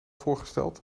voorgesteld